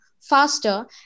faster